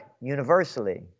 universally